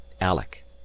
alec